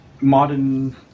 Modern